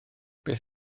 beth